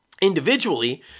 individually